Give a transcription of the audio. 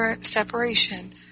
separation